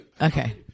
okay